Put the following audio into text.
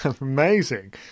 Amazing